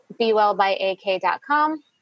BeWellByAK.com